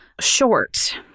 short